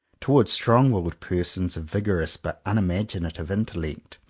towards strong willed persons of vigorous but unimaginative intellect,